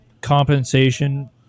compensation